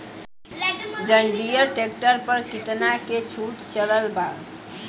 जंडियर tractor पर कितना के छूट चलत बा?